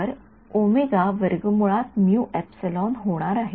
तर हा सामान्य हा के आहे